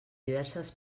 diverses